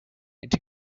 into